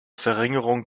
verringerung